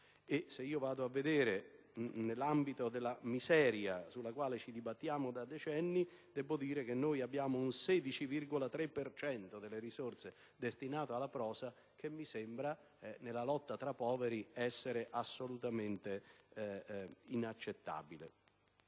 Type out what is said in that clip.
E se vado a vedere, nell'ambito della miseria sulla quale ci dibattiamo da decenni, devo rilevare che abbiamo un 16,3 per cento delle risorse destinate alla prosa che mi sembra, nella lotta tra poveri, essere assolutamente inaccettabile.